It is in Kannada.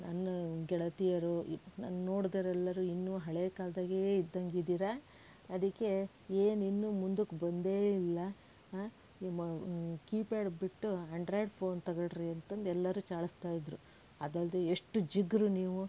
ನನ್ನ ಗೆಳತಿಯರು ನನ್ನ ನೋಡಿದವ್ರೆಲ್ಲರೂ ಇನ್ನೂ ಹಳೆಯ ಕಾಲ್ದಾಗೇ ಇದ್ದಂಗೆ ಇದೀರ ಅದಿಕ್ಕೆ ಏನು ಇನ್ನೂ ಮುಂದಕ್ಕೆ ಬಂದೇ ಇಲ್ಲ ನಿಮ್ಮ ಕೀಪ್ಯಾಡ್ ಬಿಟ್ಟು ಆಂಡ್ರಾಯ್ಡ್ ಫೋನ್ ತಗೊಳ್ರಿ ಅಂತಂದು ಎಲ್ಲರೂ ಚಾಳಸ್ತಾಯಿದ್ರು ಅದು ಅಲ್ದೇ ಎಷ್ಟು ಜುಗ್ರು ನೀವು